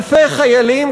אלפי חיילים,